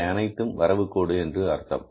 இவை அனைத்தும் வரவு கோடு என்று அர்த்தம்